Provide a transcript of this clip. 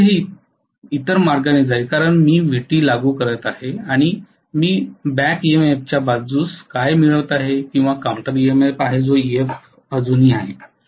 मोटारमध्ये हे इतर मार्गाने जाईल कारण मी Vt लागू करीत आहे आणि मी बॅक ईएमएफच्या बाजूस काय मिळवित आहे किंवा काउंटर ईएमएफ आहे जो Ef अजूनही आहे